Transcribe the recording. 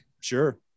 sure